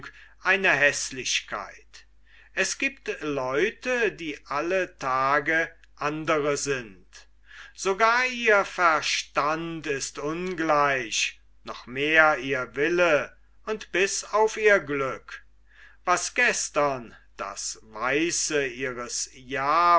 eine häßlichkeit es giebt leute die alle tage andre sind sogar ihr verstand ist ungleich noch mehr ihr wille und bis auf ihr glück was gestern das weiße ihres ja